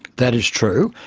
that is true.